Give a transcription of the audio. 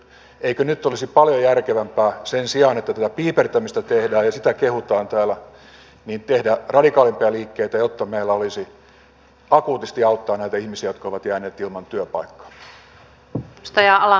eikö nyt olisi paljon järkevämpää sen sijaan että tätä piipertämistä tehdään ja sitä kehutaan täällä tehdä radikaalimpia liikkeitä jotta me voisimme akuutisti auttaa näitä ihmisiä jotka ovat jääneet ilman työpaikkaa